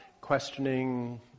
questioning